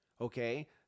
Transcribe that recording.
Okay